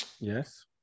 yes